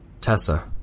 Tessa